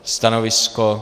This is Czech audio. Stanovisko?